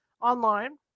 Online